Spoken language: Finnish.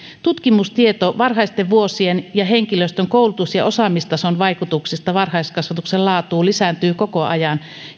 tutkimustieto varhaisten vuosien ja henkilöstön koulutus ja osaamistason vaikutuksista varhaiskasvatuksen laatuun lisääntyy koko ajan